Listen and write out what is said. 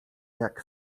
jak